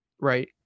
right